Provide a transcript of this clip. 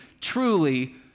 truly